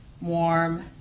warm